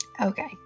Okay